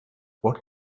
what